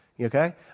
Okay